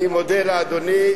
אני מודה לאדוני.